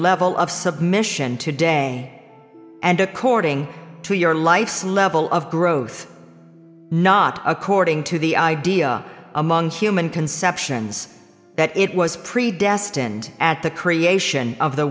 level of submission today and according to your life's level of growth not according to the idea among human conceptions that it was predestined at the creation of the